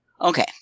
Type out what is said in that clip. Okay